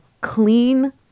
clean